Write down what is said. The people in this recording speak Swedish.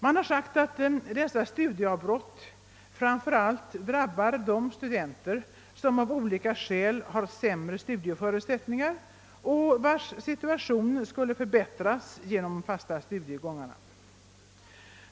Man har sagt att dessa studieavbrott framför allt drabbar de studenter som av olika skäl har sämre studieförutsättningar och vilkas situation skulle förbättras genom fasta studiegångar.